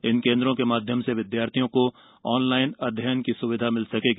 इन केन्द्रों के माध्यम से विद्यार्थियों को ऑनलाइन अध्ययन की स्विधा मिल सकेगी